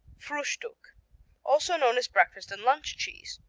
fruhstuck also known as breakfast and lunch cheese.